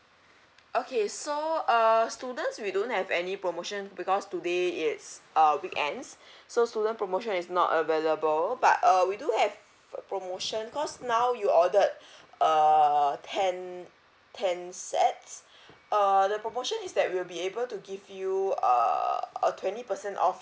okay so err students we don't have any promotion because today is uh weekends so student promotion is not available but uh we do have a promotion cause now you ordered err ten ten sets uh the promotion is that we'll be able to give you err a twenty percent off